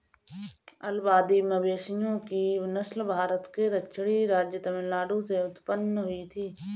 अलंबादी मवेशियों की नस्ल भारत के दक्षिणी राज्य तमिलनाडु में उत्पन्न हुई थी